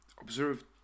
observed